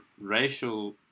racial